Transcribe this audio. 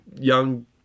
young